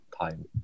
time